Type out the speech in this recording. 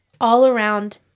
all-around